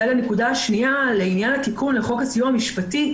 הנקודה השנייה לעניין התיקון לחוק הסיוע המשפטי,